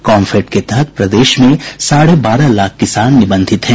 कॉम्फेड के तहत प्रदेश में साढ़े बारह लाख किसान निबंधित हैं